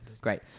Great